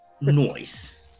Noise